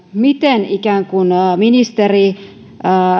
miten ministeri